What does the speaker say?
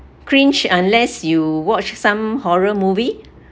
cringe unless you watch some horror movie